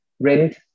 rent